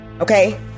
okay